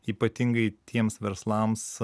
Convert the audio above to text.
ypatingai tiems verslams